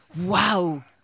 Wow